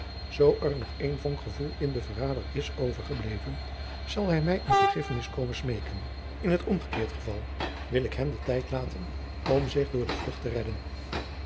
zoo er nog één vonk gevoel in den verrader is overgebleven zal hij mij om vergiffenis komen smeeken in het omgekeerd geval wil ik hem den tijd laten om zich door de vlucht te redden